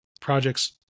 projects